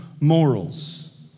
morals